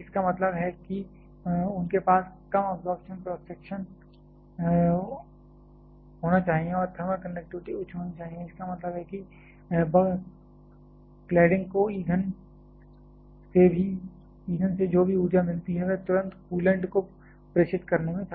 इसका मतलब है कि उनके पास कम अब्जॉर्प्शन क्रॉस सेक्शन होना चाहिए और थर्मल कंडक्टिविटी उच्च होनी चाहिए इसका मतलब है कि क्लैडिंग को ईंधन से जो भी ऊर्जा मिलती है वह तुरंत कूलेंट को प्रेषित करने में सक्षम है